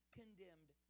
condemned